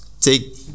take